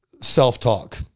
self-talk